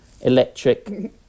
electric